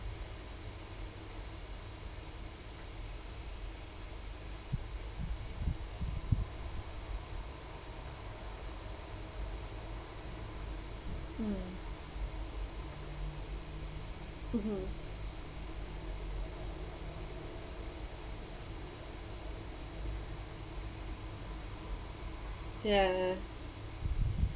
hmm mmhmm ya